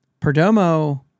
Perdomo